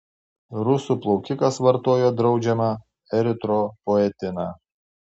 rusų plaukikas vartojo draudžiamą eritropoetiną